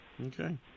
Okay